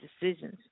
decisions